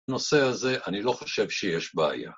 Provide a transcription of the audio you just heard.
‫בנושא הזה אני לא חושב שיש בעיה.